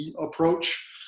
approach